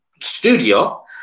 studio